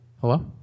Hello